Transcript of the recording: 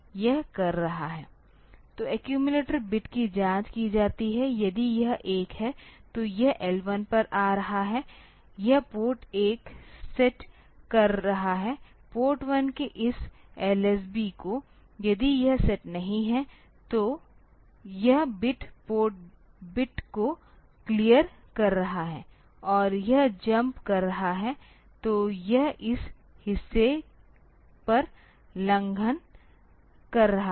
तो accumulator bit की जाँच की जाती है यदि यह 1 है तो यह L 1 पर आ रहा है यह पोर्ट 1 सेट कर रहा है पोर्ट 1 के इस LSB को यदि यह सेट नहीं है तो यह बिट पोर्ट बिट को क्लियर कर रहा है और यह जम्प कर रहा है तो यह इस हिस्से पर लंघन कर रहा है